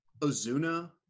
Ozuna